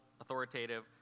authoritative